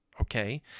okay